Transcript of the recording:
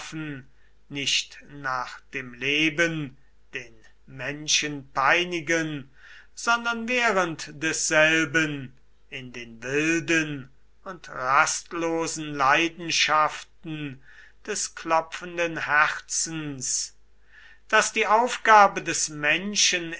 nicht nach dem leben den menschen peinigen sondern während desselben in den wilden und rastlosen leidenschaften des klopfenden herzens daß die aufgabe des menschen